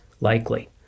likely